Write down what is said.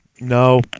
No